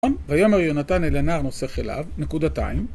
ויאמר יונתן אל הנער נושא כליו, נקודתיים.